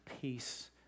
peace